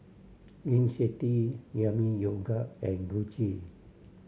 Gain City Yami Yogurt and Gucci